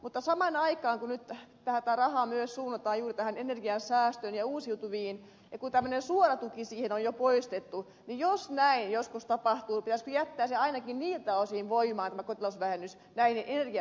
mutta samaan aikaan kun nyt rahaa myös suunnataan juuri tähän energiansäästöön ja uusiutuviin ja kun tämmöinen suora tuki niihin on jo poistettu niin jos näin joskus tapahtuu pitäisikö jättää ainakin niiltä osin voimaan tämä kotitalousvähennys näihin energianmuutostöihin